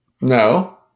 No